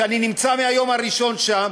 שאני נמצא מהיום הראשון שם,